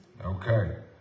Okay